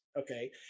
okay